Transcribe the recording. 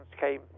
came